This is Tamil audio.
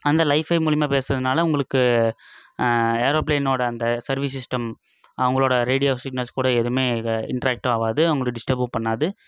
அந்த லைஃபை மூலிமா பேசுறதுனால் உங்களுக்கு ஏரோபிளேனோடு அந்த சர்வீஸ் சிஸ்டம் அவங்களோட ரேடியோ சிக்னல்ஸ் கூட எதுவுமே இதாக இன்ட்ராக்ட்டும் ஆகாது அவங்கள டிஸ்டபும் பண்ணாது